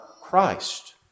Christ